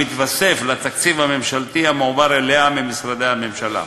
המתווספים לתקציב הממשלתי המועבר אליהן ממשרדי הממשלה.